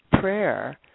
prayer